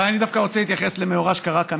אבל אני דווקא רוצה להתייחס למאורע שקרה כאן